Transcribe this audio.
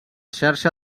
xarxa